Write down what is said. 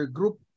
Group